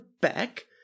back